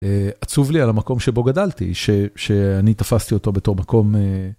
עצוב לי על המקום שבו גדלתי, שאני תפסתי אותו בתור מקום.